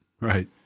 Right